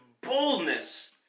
boldness